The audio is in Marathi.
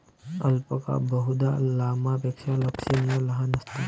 अल्पाका बहुधा लामापेक्षा लक्षणीय लहान असतात